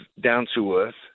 down-to-earth